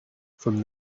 from